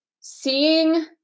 Seeing